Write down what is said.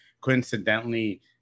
coincidentally